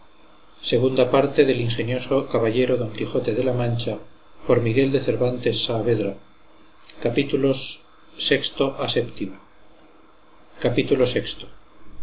segunda parte del ingenioso caballero don quijote de la mancha por miguel de cervantes saavedra